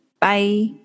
Bye